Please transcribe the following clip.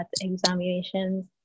examinations